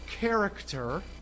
character